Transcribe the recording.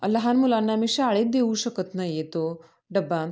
लहान मुलांना मी शाळेत देऊ शकत नाही आहे तो डबा